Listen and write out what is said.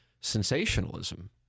sensationalism